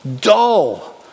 dull